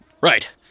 Right